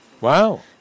Wow